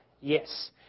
Yes